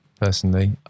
personally